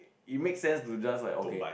it makes sense to just like okay